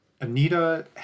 Anita